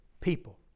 people